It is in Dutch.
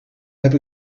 heb